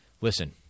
listen